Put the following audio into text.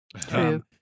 True